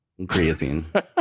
creatine